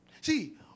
See